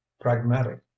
pragmatic